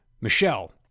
Michelle